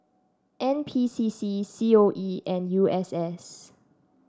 N P C C C O E and U S S